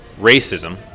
Racism